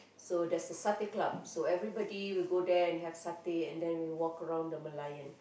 so there's a satay Club so everybody will go there and have satay and then we walk around the Merlion